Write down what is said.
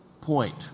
point